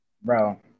Bro